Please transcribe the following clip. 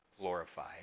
glorified